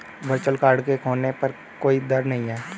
virtual card के खोने का कोई दर नहीं है